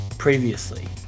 Previously